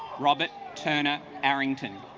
robert turner arrington